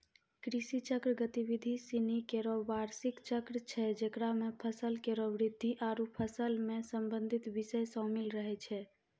कृषि चक्र गतिविधि सिनी केरो बार्षिक चक्र छै जेकरा म फसल केरो वृद्धि आरु फसल सें संबंधित बिषय शामिल रहै छै